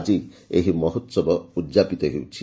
ଆକି ଏହି ମହୋହବ ଉଦ୍ଯାପିତ ହେଉଛି